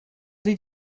did